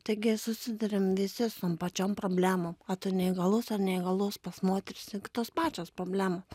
taigi susiduriam visi su tom pačiom problemom ar tu neįgalus ar neįgalus pas moteris juk tos pačios problemos